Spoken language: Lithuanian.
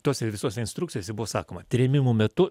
tose visose instrukcijose buvo sakoma trėmimų metu